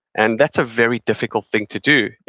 and that's a very difficult thing to do.